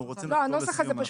רוצה --- אנחנו רוצים לחתור לסיום.